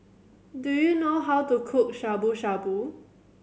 do you know how to cook Shabu Shabu